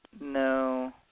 No